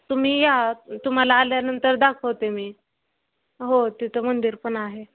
तुम्ही या तुम्हाला आल्यानंतर दाखवते मी हो तिथं मंदिर पण आहे